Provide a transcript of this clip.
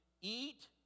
eat